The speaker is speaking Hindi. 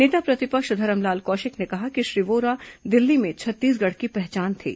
नेता प्रतिपक्ष धरमलाल कौशिक ने कहा कि श्री वोरा दिल्ली में छत्तीसगढ़ की पहचान थे